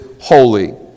holy